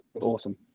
awesome